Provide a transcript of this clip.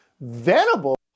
Venable